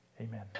amen